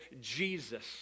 Jesus